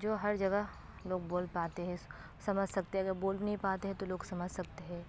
جو ہر جگہ لوگ بول پاتے ہے سمجھ سکتے ہے اگر بول نہیں پاتے ہے تو لوگ سمجھ سکتے ہے